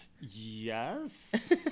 Yes